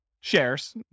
shares